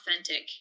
authentic